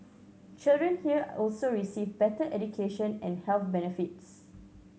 children here also receive better education and health benefits